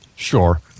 Sure